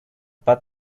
but